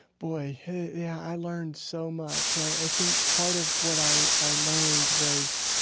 boy, yeah, i learned so much. i think part of what i i learned was,